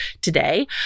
today